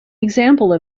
example